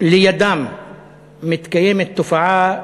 לידם מתקיימת תופעה,